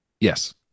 Yes